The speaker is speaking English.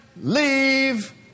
leave